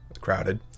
crowded